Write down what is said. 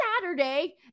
saturday